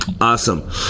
awesome